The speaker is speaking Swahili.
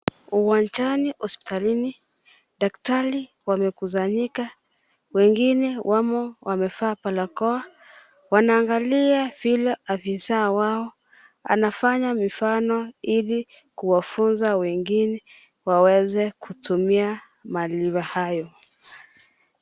Uwanjani hospitalini, daktari wamekusanyika. Wengine wamo wamevaa borakoa. Wanaangalia vile afisa wao anafanya mifano ili kuwafunza wengine waweze kutumia malila hayo.